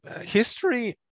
history